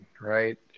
right